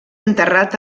enterrat